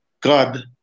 God